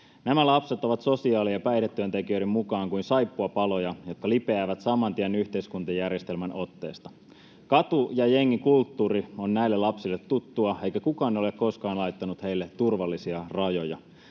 Nämä lapset ovat sosiaali- ja päihdetyöntekijöiden mukaan kuin saippuapaloja, jotka lipeävät saman tien yhteiskuntajärjestelmän otteesta. Katu- ja jengikulttuuri on näille lapsille tuttua, eikä kukaan ole koskaan laittanut heille turvallisia rajoja.